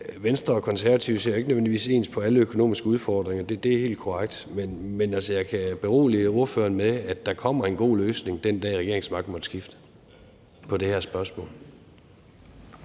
Venstre og Konservative ikke nødvendigvis ser ens på alle økonomiske udfordringer. Det er helt korrekt. Men jeg kan berolige ordføreren med, at der kommer en god løsning på det her spørgsmål,